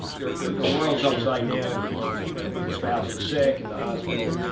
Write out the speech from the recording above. their world's upside-down because the spouse is sick, in the hospital,